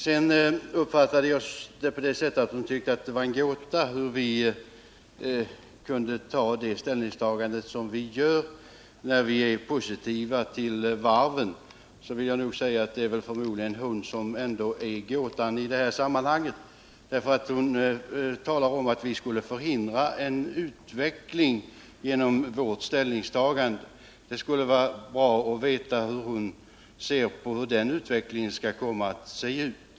Jag uppfattade det på det sättet att Ulla Tillander tyckte att det var en gåta 119 att vi kan inta den ståndpunkt vi gör. Jag vill nog säga att det förmodligen ändå är Ulla Tillander som är gåtan i det här sammanhanget. Hon talar om att vi skulle förhindra en utveckling genom vårt ställningstagande. Det skulle vara bra att veta hur hon tror att den utvecklingen skulle komma att se ut.